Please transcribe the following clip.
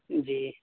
جی